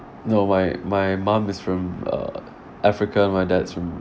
no my my mom is from uh africa and my dad's from